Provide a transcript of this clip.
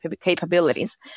capabilities